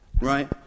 Right